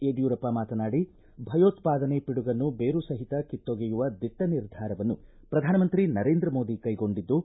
ಯಡ್ಕೂರಪ್ಪ ಮಾತನಾಡಿ ಭಯೋತ್ಪಾದನೆ ಪಿಡುಗನ್ನು ಬೇರು ಸಹಿತ ಕಿತ್ತೊಗೆಯುವ ದಿಟ್ಟ ನಿರ್ಧಾರವನ್ನು ಪ್ರಧಾನಮಂತ್ರಿ ನರೇಂದ್ರ ಮೋದಿ ಕೈಗೊಂಡಿದ್ದು